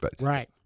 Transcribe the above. Right